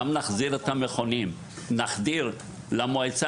גם להחזיר את המכונים וגם להחדיר למועצה